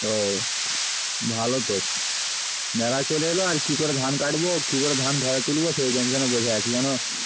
ও ভালো তো মেলা চলে এল আর কী করে ধান কাটব কী করে ধান ঘরে তুলব সেই টেনশানে বসে আছি জানো